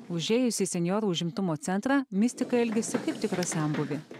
užėjus į senjorų užimtumo centrą mistika elgiasi kaip tikra senbuvė